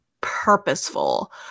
purposeful